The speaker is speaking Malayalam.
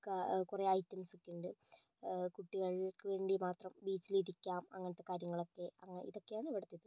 കുറേ ഐറ്റംസൊക്കെ ഉണ്ട് കുട്ടികൾക്ക് വേണ്ടി മാത്രം ബീച്ചിലിരിക്കാം അങ്ങനത്തെ കാര്യങ്ങളൊക്കെ ഇതൊക്കെയാണ് ഇവിടുത്തെ ഇത്